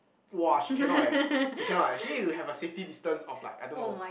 !wah! she cannot leh she cannot leh she needs to have a safety distance of like I don't know